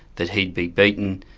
that he'd be beaten,